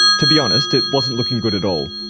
to be honest, it wasn't looking good at all.